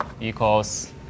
equals